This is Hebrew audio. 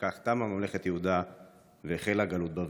ובכך תמה ממלכת יהודה והחלה גלות בבל.